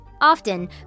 Often